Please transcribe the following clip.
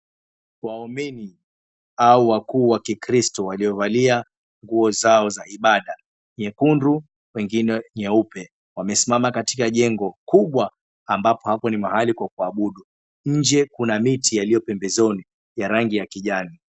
Waumini au wakuu wa kikristu waliovalia nguo zao za ibada, nyekundu, mengine nyeupe. Wamesimama katika jengo kubwa ambapo hapo ni mahali kwa kuabudu. Nje kuna miti yaliyo pembezoni ya rangi ya kijani.